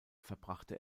verbrachte